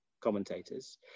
commentators